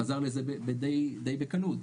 חזר לזה די בקלות.